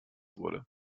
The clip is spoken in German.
wurde